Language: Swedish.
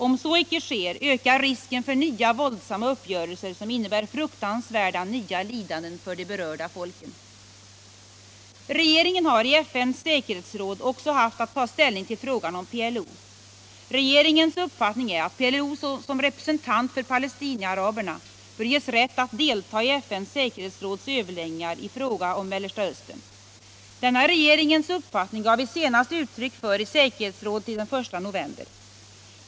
Om så icke sker ökar risken för nya våldsamma uppgörelser, som innebär fruktansvärda nya lidanden för de berörda folken. Regeringen har i FN:s säkerhetsråd också haft att ta ställning till frågan om PLO. Regeringens uppfattning är att PLO såsom representant för palestinaaraberna bör ges rätt att delta i FN:s säkerhetsråds överläggningar i fråga om Mellersta Östern. Denna regeringens uppfattning gav vi senast uttryck för i säkerhetsrådet den 1 november.